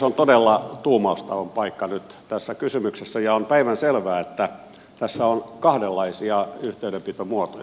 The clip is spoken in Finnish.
on todella tuumaustauon paikka nyt tässä kysymyksessä ja on päivänselvää että tässä on kahdenlaisia yhteydenpitomuotoja